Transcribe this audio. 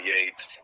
Yates